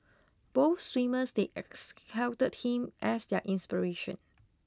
both swimmers they exalted him as their inspiration